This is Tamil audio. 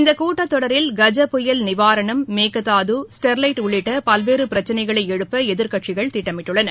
இந்த கூட்டத்தொடரில் கஜ புயல் நிவாரணம் மேகதாது ஸ்டெர்லைட் உள்ளிட்ட பல்வேறு பிரச்சினைகளை எழுப்ப எதிர்கட்சிகள் திட்டமிட்டுள்ளன